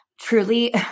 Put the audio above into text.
truly